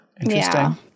Interesting